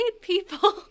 people